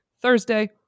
Thursday